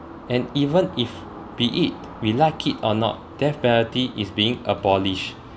and even if be it we like it or not death penalty is being abolished